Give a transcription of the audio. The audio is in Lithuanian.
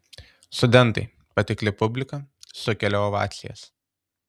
studentai patikli publika sukelia ovacijas